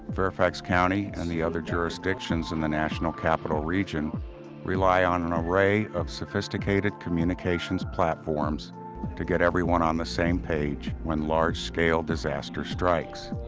fairfax county and the other jurisdictions in the national capital region rely on an array of sophisticated communications platforms to get everyone on the same page when large-scale disaster strikes.